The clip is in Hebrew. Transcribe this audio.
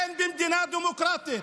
אין במדינה דמוקרטית,